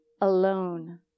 alone